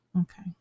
Okay